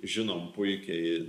žinom puikiai